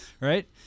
right